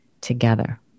together